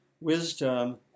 wisdom